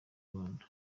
rwanda